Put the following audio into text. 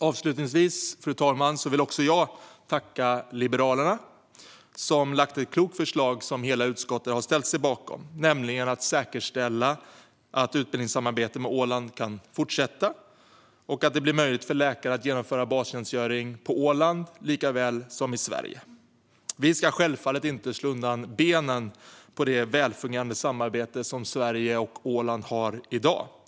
Avslutningsvis, fru talman, vill också jag tacka Liberalerna som lagt fram ett klokt förslag som hela utskottet har ställt sig bakom, nämligen om att säkerställa att utbildningssamarbetet med Åland kan fortsätta och att det blir möjligt för läkare att genomföra bastjänstgöring på Åland likväl som i Sverige. Vi ska självfallet inte slå undan benen på det välfungerade samarbete som Sverige och Åland har i dag.